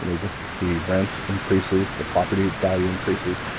you know with the rent increases, the property value increases.